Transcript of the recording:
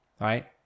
right